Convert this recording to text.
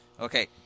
Okay